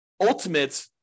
ultimate